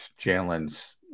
Jalen's